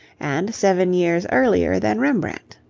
and seven years earlier than rembrandt.